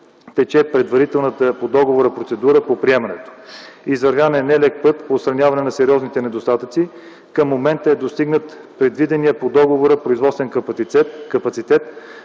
тече предварителната по договора процедура по приемането. Извървян е не лек път по отстраняване на сериозните недостатъци. Към момента е достигнат предвиденият по договора производствен капацитет,